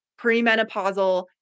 premenopausal